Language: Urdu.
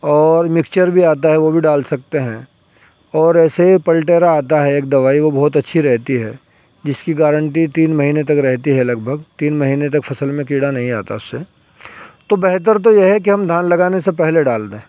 اور مکچر بھی آتا ہے وہ بھی ڈال سکتے ہیں اور ایسے پلٹیرا آتا ہے ایک دوائی وہ بہت اچھی رہتی ہے جس کی گارنٹی تین مہینے تک رہتی ہے لگ بھگ تین مہینے تک فصل میں کیڑا نہیں آتا اس سے تو بہتر تو یہ ہے کہ ہم دھان لگانے سے پہلے ڈال دیں